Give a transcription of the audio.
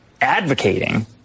advocating